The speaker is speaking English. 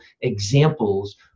examples